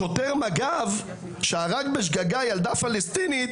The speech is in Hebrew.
שוטר מג"ב שהרג בשגגה ילדה פלסטינית